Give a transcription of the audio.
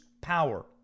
power